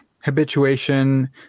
habituation